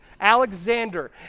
Alexander